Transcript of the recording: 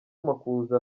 makuza